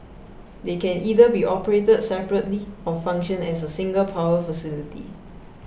they can either be operated separately or function as a single power facility